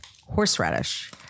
horseradish